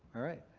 alright.